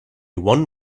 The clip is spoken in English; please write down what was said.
one